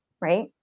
Right